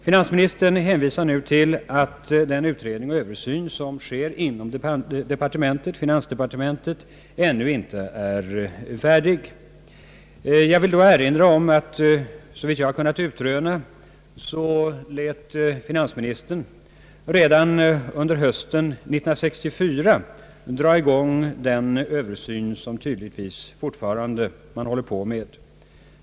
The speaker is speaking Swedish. Finansministern hänvisar nu till att den utredning och översyn som pågår inom finansdepartementet ännu inte är färdig. Jag vill med anledning härav erinra om att finansministern såvitt jag kunnat utröna redan under hösten 1964 lät igångsätta den översyn som man tydligtvis fortfarande håller på med.